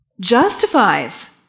justifies